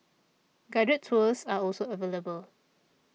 guided tours are also available